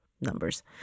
numbers